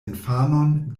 infanon